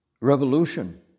revolution